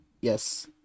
Yes